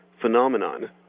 phenomenon